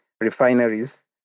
refineries